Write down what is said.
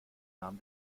nahm